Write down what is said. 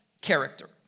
character